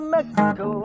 Mexico